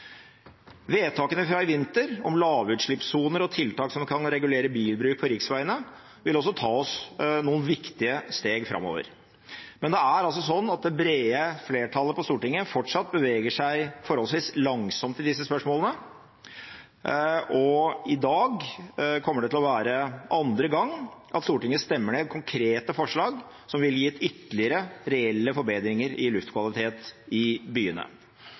Vedtakene i vinter om lavutslippssoner og tiltak som kan regulere bilbruk på riksveiene, vil også ta oss noen viktige steg framover, men det er altså sånn at det brede flertallet på Stortinget fortsatt beveger seg forholdsvis langsomt i disse spørsmålene. I dag kommer det til å være andre gang at Stortinget stemmer ned konkrete forslag som ville gitt ytterligere reelle forbedringer i luftkvaliteten i byene.